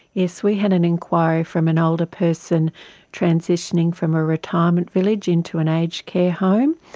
yes, we had an enquiry from an older person transitioning from a retirement village into an aged care home.